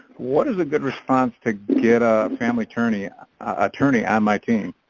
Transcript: what is a good response to get a family attorney attorney on my team